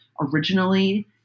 originally